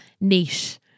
niche